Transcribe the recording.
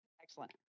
Excellent